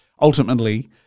Ultimately